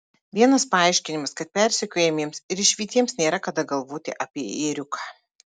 vienas paaiškinimas kad persekiojamiems ir išvytiems nėra kada galvoti apie ėriuką